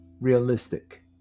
realistic